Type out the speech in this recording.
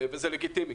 וזה לגיטימי.